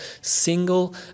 single